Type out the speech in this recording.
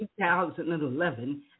2011